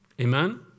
Amen